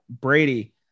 Brady